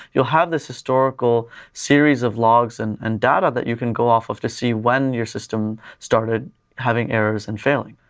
you'll have this historical series of logs and and data that you can go off of to see when your system started having errors and failing.